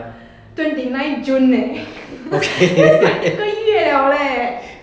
twenty nine june leh that's like 一个月了 leh